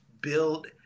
build